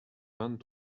vingt